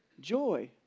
Joy